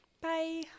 Bye